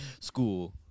School